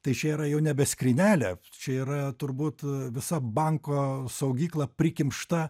tai čia yra jau nebe skrynelė čia yra turbūt visa banko saugykla prikimšta